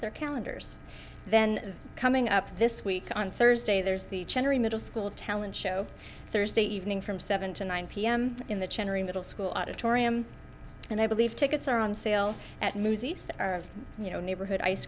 their calendars then coming up this week on thursday there's the middle school talent show thursday evening from seven to nine pm in the middle school auditorium and i believe tickets are on sale at mousie's are you know neighborhood ice